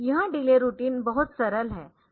यह delay routine बहुत सरल है